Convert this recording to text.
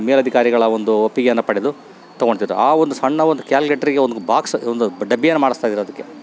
ಮೇಲಧಿಕಾರಿಗಳ ಒಂದು ಒಪ್ಪಿಗೆಯನ್ನು ಪಡೆದು ತಗೋಳ್ತಿರೊ ಆ ಒಂದು ಸಣ್ಣ ಒಂದು ಕ್ಯಾಲ್ಕ್ಲೆಟ್ರಿಗೆ ಒಂದು ಬಾಕ್ಸ್ ಒಂದು ಡಬ್ಬಿಯನ್ನು ಮಾಡಿಸ್ತಾಯಿದ್ರು ಅದಕ್ಕೆ